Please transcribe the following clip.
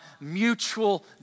mutual